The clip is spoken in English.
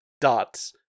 dots